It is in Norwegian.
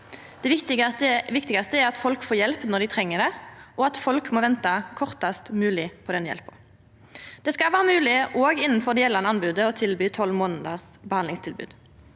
Det viktigaste er at folk får hjelp når dei treng det, og at folk må venta kortast mogleg på den hjelpa. Det skal vera mogleg òg innanfor det gjeldande anbodet å tilby 12-månaders behandlingstilbod.